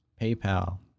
PayPal